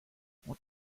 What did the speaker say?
what